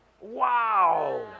Wow